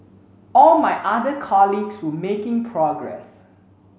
all my other colleagues were making progress